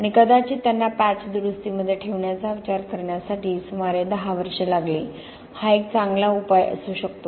आणि कदाचित त्यांना पॅच दुरुस्तीमध्ये ठेवण्याचा विचार करण्यासाठी सुमारे 10 वर्षे लागली हा एक चांगला उपाय असू शकतो